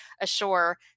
ashore